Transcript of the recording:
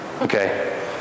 Okay